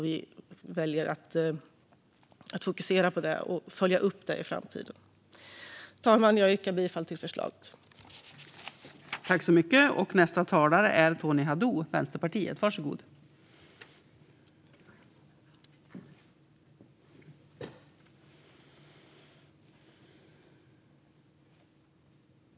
Vi väljer att fokusera på det och följa upp det i framtiden. Fru talman! Jag yrkar bifall till utskottets förslag.